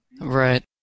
Right